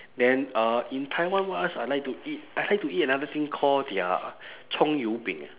then uh in taiwan what else I like to eat I like to eat another thing called their 葱油饼